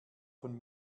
von